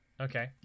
Okay